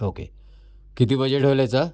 okay किती budget होईल याचा